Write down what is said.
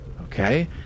Okay